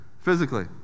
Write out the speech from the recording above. Physically